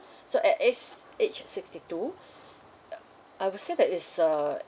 so at age age sixty two uh I would say that it's uh